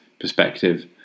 perspective